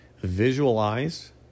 Visualize